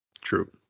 True